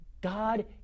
God